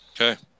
Okay